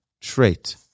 trait